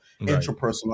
interpersonal